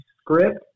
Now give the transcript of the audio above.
script